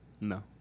No